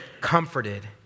comforted